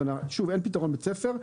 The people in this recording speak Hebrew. שוב, אין פתרון בית ספר.